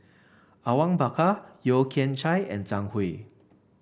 Awang Bakar Yeo Kian Chai and Zhang Hui